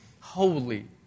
holy